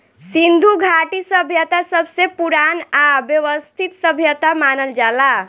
सिन्धु घाटी सभ्यता सबसे पुरान आ वयवस्थित सभ्यता मानल जाला